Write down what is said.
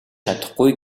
чадахгүй